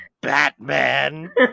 Batman